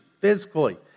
physically